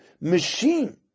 machine